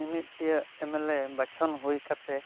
ᱢᱤᱢᱤᱫᱴᱤᱡ ᱮᱢᱮᱞᱮ ᱵᱟᱪᱷᱚᱱ ᱦᱩᱭ ᱠᱟᱛᱮ